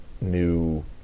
new